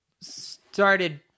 started